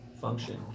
function